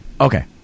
Okay